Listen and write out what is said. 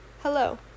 Hello